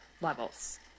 levels